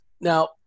Now